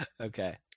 Okay